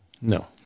No